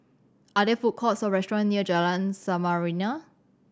are there food courts or restaurant near Jalan Samarinda